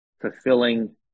fulfilling